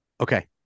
Okay